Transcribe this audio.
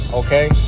okay